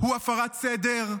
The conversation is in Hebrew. הוא הפרת סדר?